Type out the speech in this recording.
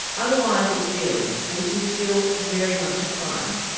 otherwise it's dealing, which is still very much a crime.